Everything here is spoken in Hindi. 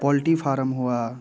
पौल्टी फार्म हुआ